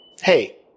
Hey